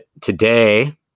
today